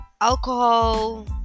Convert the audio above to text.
alcohol